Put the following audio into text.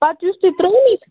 پَتہٕ یُس تُہۍ